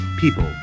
people